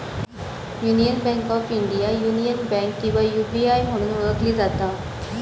union bank of India, union bank किंवा UBI म्हणून ओळखली जाता